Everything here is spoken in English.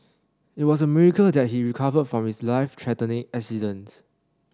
it was a miracle that he recovered from his life threatening accident